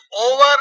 over